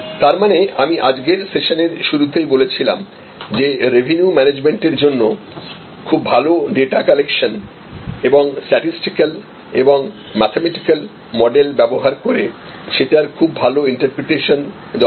তারমানে আমি আজকের সেশনের শুরুতেই বলেছিলাম যে রেভিনিউ ম্যানেজমেন্টের জন্য খুব ভালো ডেটা কালেকশন এবং স্ট্যাটিসটিক্যাল এবং ম্যাথমেটিক্যাল মডেল ব্যবহার করে সেটার খুব ভালো ইন্টারপ্রিটেশন দরকার